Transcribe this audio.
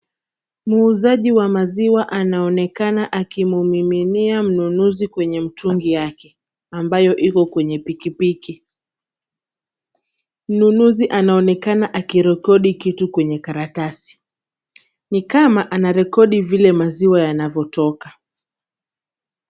Muuzaji wa maziwa anaoenakana akimumiminia mnunuzi kwenye mtungi yake ambayo iko kwenye pikipiki. Mnunuzi anaoenakana akirekodi kitu kwenye karatasi, ni kama ana rekodi vile maziwa yanavyotoka.